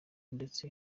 ndetse